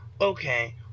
okay